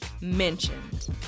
mentioned